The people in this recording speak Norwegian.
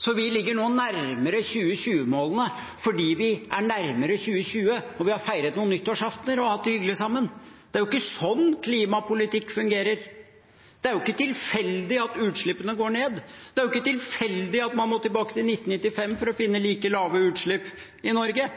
så vi ligger nå nærmere 2020-målene fordi vi er nærmere 2020, har feiret noen nyttårsaftener og hatt det hyggelig sammen. Det er jo ikke sånn klimapolitikk fungerer. Det er ikke